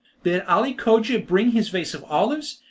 bid ali cogia bring his vase of olives,